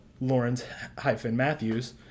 Lawrence-Matthews